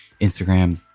Instagram